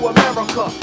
America